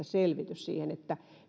selvitys siihen